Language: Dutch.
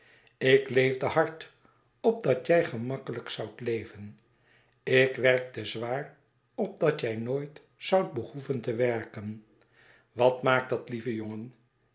ik leefde hard opdat jij gemakkelijk zoudt leven ik werkte zwaar opdat jij nooit zoudt behoeven te werken wat maakt dat lieve jongen